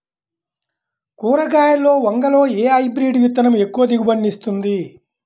కూరగాయలలో వంగలో ఏ హైబ్రిడ్ విత్తనం ఎక్కువ దిగుబడిని ఇస్తుంది?